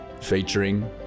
featuring